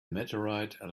meteorite